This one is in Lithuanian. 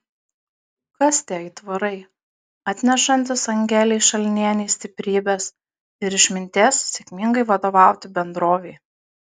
kas tie aitvarai atnešantys angelei šalnienei stiprybės ir išminties sėkmingai vadovauti bendrovei